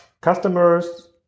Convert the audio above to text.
customers